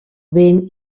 vent